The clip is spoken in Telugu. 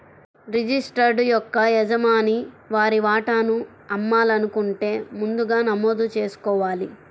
రిజిస్టర్డ్ షేర్ యొక్క యజమాని వారి వాటాను అమ్మాలనుకుంటే ముందుగా నమోదు చేసుకోవాలి